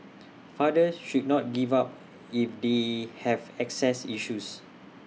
fathers should not give up if they have access issues